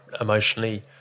emotionally